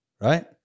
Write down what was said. right